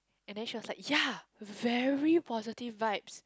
and then she was like ya very positive vibes